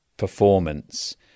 performance